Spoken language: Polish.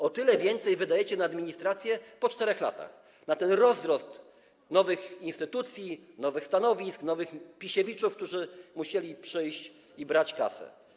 O tyle więcej wydajecie na administrację po 4 latach - na ten rozrost nowych instytucji, nowych stanowisk, nowych Pisiewiczów, którzy musieli przyjść i brać kasę.